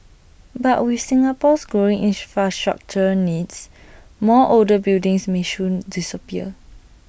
but with Singapore's growing infrastructural needs more older buildings may soon disappear